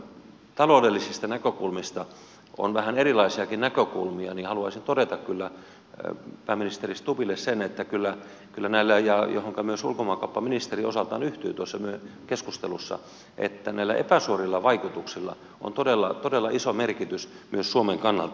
kun suomen taloudellisista näkökulmista on vähän erilaisiakin näkökulmia niin haluaisin todeta kyllä pääministeri stubbille sen ja johonka myös ulkomaankauppaministeri osaltaan yhtyi keskustelussa että kyllä näillä epäsuorilla vaikutuksilla on todella iso merkitys myös suomen kannalta